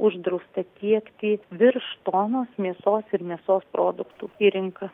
uždrausta tiekti virš tonos mėsos ir mėsos produktų į rinką